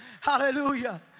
Hallelujah